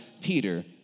Peter